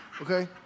okay